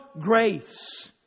grace